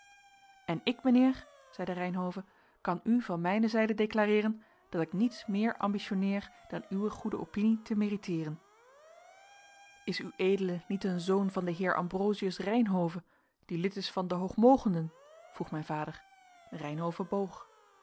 en ik mijnheer zeide reynhove kan u van mijne zijde declareeren dat ik niets meer ambitionneer dan uwe goede opinie te meriteeren is ued niet een zoon van den heer ambrosius reynhove die lid is van hh hoogmogenden vroeg mijn vader reynhove boog